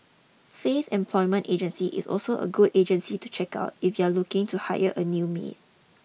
Faith Employment Agency is also a good agency to check out if you are looking to hire a new mean